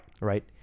Right